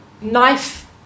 Knife